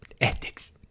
Ethics